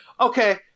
Okay